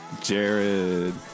Jared